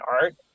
art